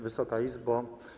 Wysoka Izbo!